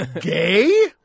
Gay